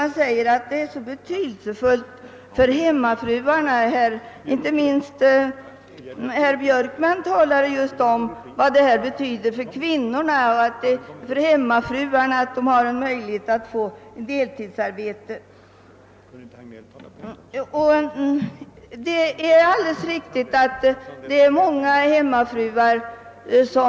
De säger att det är så betydelsefullt för hemmafruarna att på detta sätt kunna få deltidsarbete; inte minst herr Björkman framhöll detta. Det är alldeles riktigt att många hemmafruar vill ha deltidsarbete.